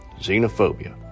xenophobia